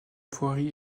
voirie